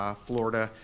ah florida,